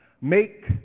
Make